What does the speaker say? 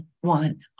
one